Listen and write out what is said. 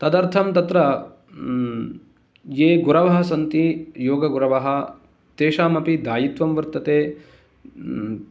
तदर्थं तत्र ये गुरवः सन्ति योगगुरवः तेषामपि दायित्वं वर्तते